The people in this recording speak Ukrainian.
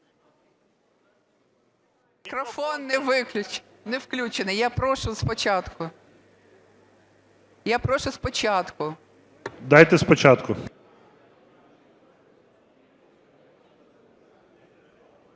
Мікрофон не включений. Я прошу з початку. Я прошу з початку.